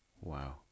Wow